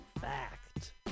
fact